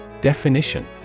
Definition